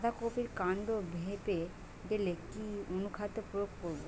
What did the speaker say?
বাঁধা কপির কান্ড ফেঁপে গেলে কি অনুখাদ্য প্রয়োগ করব?